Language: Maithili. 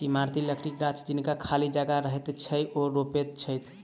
इमारती लकड़ीक गाछ जिनका खाली जगह रहैत छैन, ओ रोपैत छथि